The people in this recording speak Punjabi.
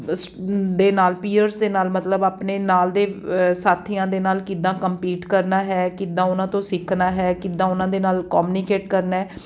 ਸ ਦੇ ਨਾਲ ਪੀਅਰਸ ਦੇ ਨਾਲ ਮਤਲਬ ਆਪਣੇ ਨਾਲ ਦੇ ਸਾਥੀਆਂ ਦੇ ਨਾਲ ਕਿੱਦਾਂ ਕੰਪੀਟ ਕਰਨਾ ਹੈ ਕਿੱਦਾਂ ਉਹਨਾਂ ਤੋਂ ਸਿੱਖਣਾ ਹੈ ਕਿੱਦਾਂ ਉਹਨਾਂ ਦੇ ਨਾਲ ਕੋਮਨੀਕੇਟ ਕਰਨਾ